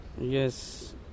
Yes